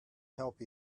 help